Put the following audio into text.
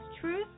Truth